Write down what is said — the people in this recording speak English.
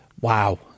Wow